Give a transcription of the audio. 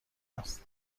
است